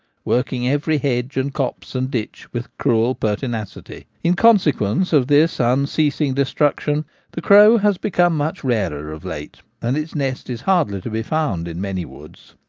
working every hedge and copse and ditch with cruel pertinacity. in consequence of this unceas ing destruction the crow has become much rarer of late, and its nest is hardly to be found in many woods.